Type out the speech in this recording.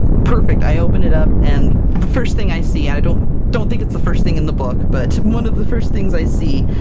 perfect! i opened it up and the first thing i see i don't don't think it's the first thing in the book, but one of the first things i see,